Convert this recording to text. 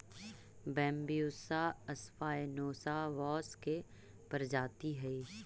Bambusa spinosa बाँस के प्रजाति हइ